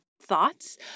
thoughts